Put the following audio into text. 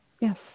yes